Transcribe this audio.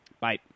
Bye